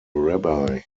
rabbi